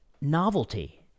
novelty